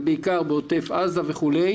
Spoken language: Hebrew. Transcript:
ובעיקר בעוטף עזה וכולי